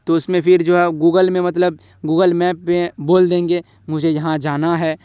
تو اس میں پھر جو ہے گوگل میں مطلب گوگل میپ میں بول دیں گے مجھے یہاں جانا ہے